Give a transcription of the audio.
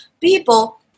people